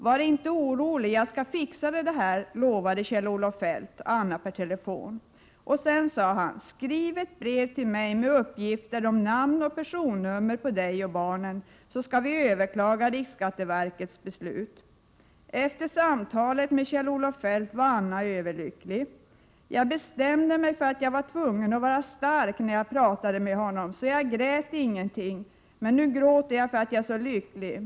— Var inte orolig, jag ska fixa det här, lovade Kjell-Olof Feldt Anna per telefon. Sen sa han: — Skriv ett brev till mig med uppgifter om namn och personnummer på dig och barnen, så ska vi överklaga riksskatteverkets beslut. Efter samtalet med Kjell-Olof Feldt var Anna överlycklig. ——- Jag bestämde mig för att jag var tvungen att vara stark när jag pratade med honom, så jag grät ingenting. Men nu gråter jag för att jag är så lycklig.